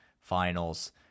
finals